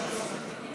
בחקיקה.